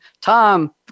Tom